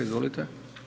Izvolite.